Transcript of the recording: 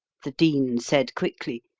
the dean said quickly,